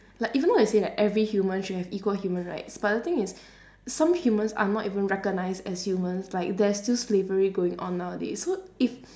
like even though they say like every human should have equal human rights but the thing is some humans are not even recognised as humans like there is still slavery going on nowadays so if